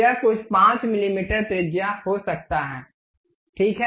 यह कुछ 5 मिलीमीटर त्रिज्या हो सकता है ठीक है